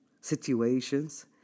situations